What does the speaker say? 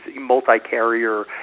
multi-carrier